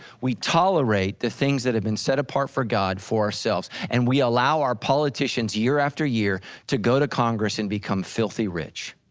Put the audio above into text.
we tolerate the things that have been set apart for god, for ourselves and we allow our politicians year after year to go to congress and become filthy rich.